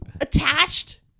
attached